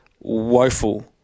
woeful